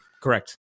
Correct